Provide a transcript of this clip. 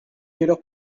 heure